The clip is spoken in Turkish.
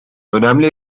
önemli